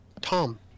Tom